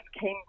came